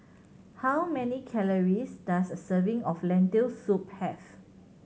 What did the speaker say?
how many calories does a serving of Lentil Soup have